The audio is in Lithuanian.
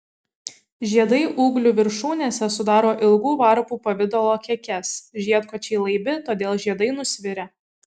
žiedai ūglių viršūnėse sudaro ilgų varpų pavidalo kekes žiedkočiai laibi todėl žiedai nusvirę